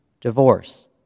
divorce